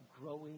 growing